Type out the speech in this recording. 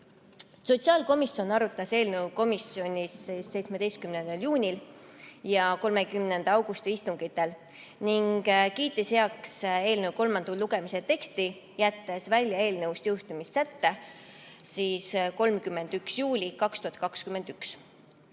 Sotsiaalkomisjon arutas eelnõu komisjonis 17. juuni ja 30. augusti istungil ning kiitis heaks eelnõu kolmanda lugemise teksti, jättes välja eelnõust jõustumissätte 31. juuli 2021.